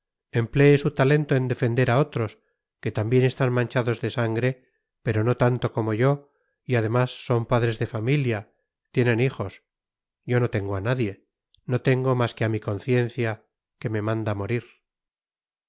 quiero emplee su talento en defender a otros que también están manchados de sangre pero no tanto como yo y además son padres de familia tienen hijos yo no tengo a nadie no tengo más que a mi conciencia que me manda morir